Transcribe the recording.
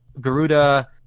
Garuda